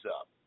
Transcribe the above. up